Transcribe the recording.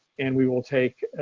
and we will take,